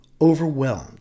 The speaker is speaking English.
overwhelmed